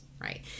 right